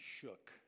shook